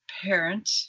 parent